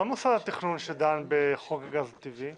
מה מוסד התכנון שדן בחוק הגז הטבעי?